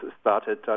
started